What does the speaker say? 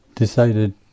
decided